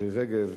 מירי רגב,